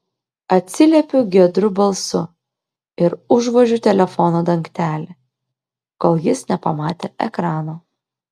atsiliepiu giedru balsu ir užvožiu telefono dangtelį kol jis nepamatė ekrano